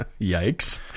Yikes